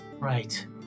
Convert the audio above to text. Right